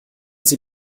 sie